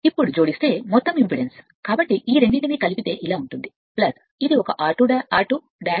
ఇప్పుడు జోడిస్తే మొత్తం ఇంపిడెన్స్ కాబట్టి ఈ రెండింటిని కలిపే మాత్రమే అవుతుంది ఇది ఒక r2 1 S S